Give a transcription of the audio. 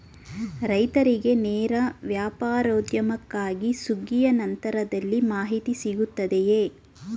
ರೈತರಿಗೆ ನೇರ ವ್ಯಾಪಾರೋದ್ಯಮಕ್ಕಾಗಿ ಸುಗ್ಗಿಯ ನಂತರದಲ್ಲಿ ಮಾಹಿತಿ ಸಿಗುತ್ತದೆಯೇ?